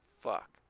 Fuck